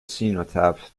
cenotaph